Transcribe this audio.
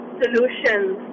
solutions